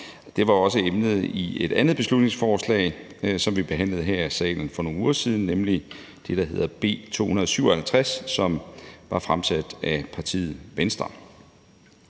var også emnet i et andet beslutningsforslag, som vi behandlede her i salen for nogle uger siden, nemlig det, der hedder B 257, som blev fremsat af partiet Venstre;